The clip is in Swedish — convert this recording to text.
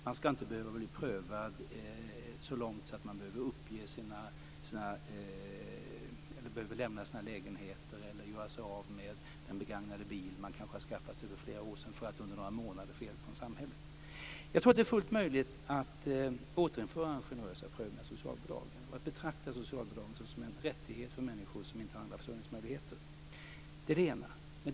Man ska inte behöva bli prövad så långt att man måste lämna sin lägenhet eller göra sig av med den begagnade bil man kanske skaffat för flera år sedan för att under några månader få hjälp från samhället. Jag tror att det är fullt möjligt att återinföra en generösare prövning av socialbidragen och betrakta socialbidragen som en rättighet för människor som inte har andra försörjningsmöjligheter. Det är det ena.